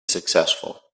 successful